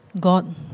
God